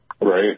right